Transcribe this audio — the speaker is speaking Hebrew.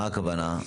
מה הכוונה?